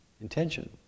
intention